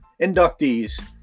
inductees